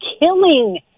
killing